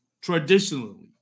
traditionally